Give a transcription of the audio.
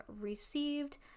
received